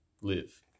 live